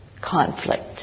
conflict